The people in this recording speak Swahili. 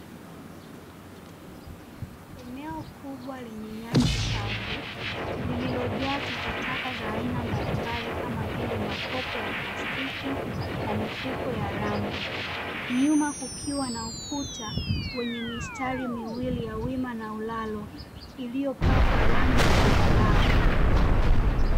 Eneo kubwa lenye nyasi kavu lililojaa takataka za aina mbalimbali kama vile makopo ya plastiki na mifuko ya rambo, nyuma kukiwa na ukuta wenye mistari miwili ya wima na ulalo iliyopakwa rangi ya zambarau.